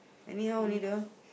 anyhow only they all